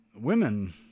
women